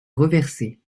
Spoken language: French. reversée